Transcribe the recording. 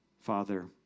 Father